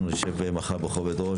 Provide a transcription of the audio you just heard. אנחנו נשב מחר בכובד ראש,